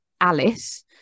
alice